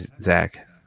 zach